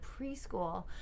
preschool